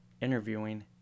interviewing